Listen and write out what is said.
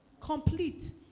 complete